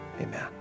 Amen